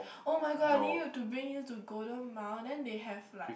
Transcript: oh my god I need you to bring you to Golden-Mile then they have like